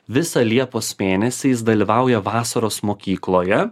visą liepos mėnesį jis dalyvauja vasaros mokykloje